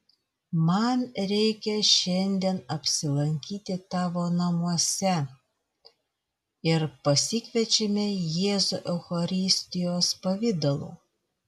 man reikia šiandien apsilankyti tavo namuose ir pasikviečiame jėzų eucharistijos pavidalu